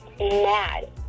mad